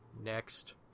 Next